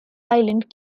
island